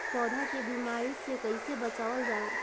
पौधा के बीमारी से कइसे बचावल जा?